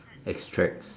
extracts